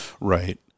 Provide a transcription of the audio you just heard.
Right